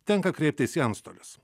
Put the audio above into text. tenka kreiptis į antstolius